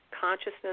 consciousness